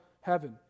heaven